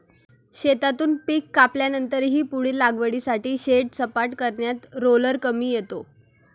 शेतातून पीक कापल्यानंतरही पुढील लागवडीसाठी शेत सपाट करण्यात रोलर कामी येतो